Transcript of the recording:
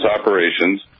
operations